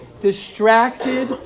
distracted